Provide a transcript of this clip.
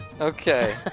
Okay